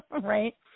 right